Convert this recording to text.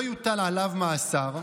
לא יוטל עליו מאסר,